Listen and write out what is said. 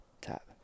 Tap